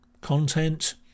content